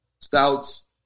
stouts